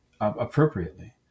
appropriately